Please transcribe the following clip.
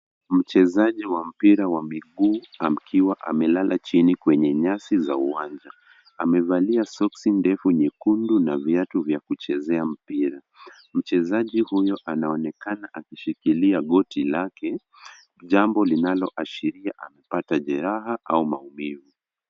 Mchezaji wa mpira wa miguu akiwa amelala chini kwenye nyasi za uwanja. Amevalia soksi ndefu nyekundu na viatu vya kuchezea mpira. Mchezaji huyo anaonekana akishikilia goti lake, jambo linaloashiria amepata jeraha au maumivu.